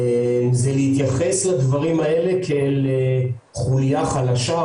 זה להתייחס לדברים האלה כאל חוליה חלשה,